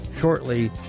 Shortly